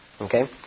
Okay